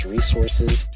Resources